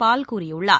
பால் கூறியுள்ளார்